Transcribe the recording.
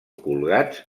colgats